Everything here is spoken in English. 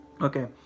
Okay